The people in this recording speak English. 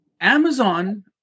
Amazon